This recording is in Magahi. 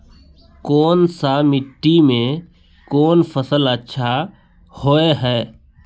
कोन सा मिट्टी में कोन फसल अच्छा होय है?